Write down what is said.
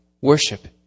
Worship